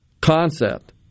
concept